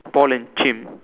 Paul and Kim